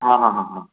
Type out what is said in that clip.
हाँ हाँ हाँ हाँ